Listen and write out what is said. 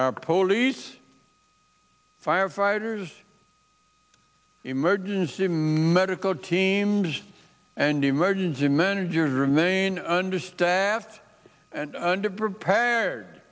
our polies firefighters emergency medical teams and emergency managers remain understaffed and under prepared